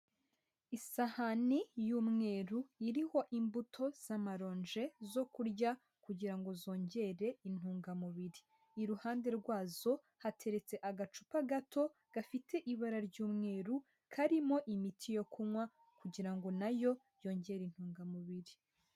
Isahani y'umweru iriho imbuto z'amaronji zo kurya kugira ngo zongere intungamubiri. Iruhande rwazo hateretse agacupa gato gafite ibara ry'umweru karimo imiti yo kunywa kugira ngo na yo yongere intungamubiri.